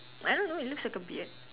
I don't know it looks like a beard